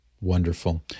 Wonderful